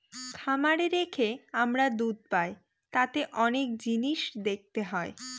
খামারে রেখে আমরা দুধ পাই তাতে অনেক জিনিস দেখতে হয়